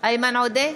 איימן עודה,